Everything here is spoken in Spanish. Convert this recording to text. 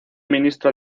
ministro